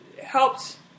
helped